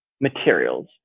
materials